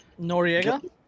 Noriega